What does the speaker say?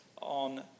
on